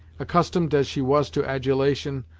accustomed as she was to adulation,